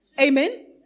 Amen